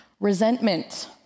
Resentment